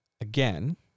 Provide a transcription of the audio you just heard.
Again